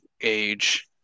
age